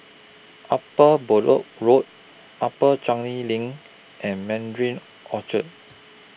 Upper Bedok Road Upper Changi LINK and Mandarin Orchard